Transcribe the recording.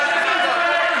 קצת הגינות.